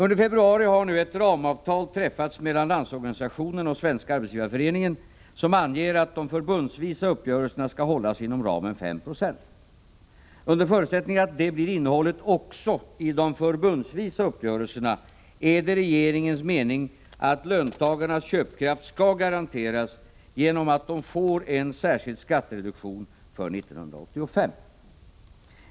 Nu i februari har ett ramavtal träffats mellan Landsorganisationen och Svenska arbetsgivareföreningen som anger att de förbundsvisa uppgörelserna skall hålla sig inom ramen 5 96. Under förutsättning att det blir innehållet också i de förbundsvisa uppgörelserna är det regeringens mening att löntagarnas köpkraft skall garanteras genom att de får en särskild skattereduktion för 1985.